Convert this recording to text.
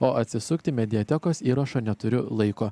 o atsisukti mediatekos įrašą neturiu laiko